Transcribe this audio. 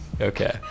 Okay